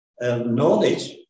knowledge